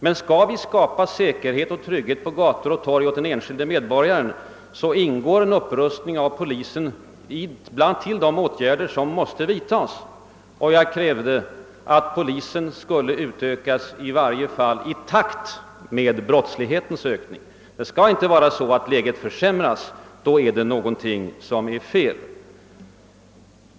Men om vi skall skapa säkerhet och trygghet på gator och torg åt den enskilde medborgaren ingår en upprustning av polisens resurser bland de åtgärder som måste vidtas. Jag krävde att en ökning av polisens resurser skall ske i varje fall i takt med brottslighetens ökning. Det får inte vara så att läget försämras. Då är det något som är fel.